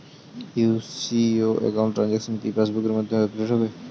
UCO account transaction কি pass বুকের মধ্যে আপডেট হবে?